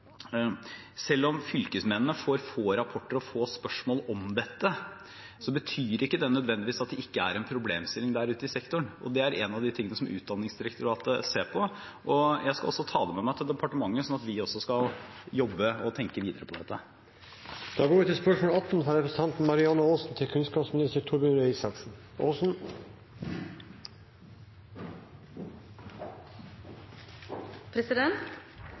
det ikke er en problemstilling der ute i sektoren. Det er en av de tingene som Utdanningsdirektoratet ser på. Jeg skal også ta det med meg til departementet, slik at vi også kan jobbe med og tenke videre på dette. «Et utvalg ved Universitetet i Tromsø, Norges arktiske universitet, går